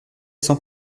sans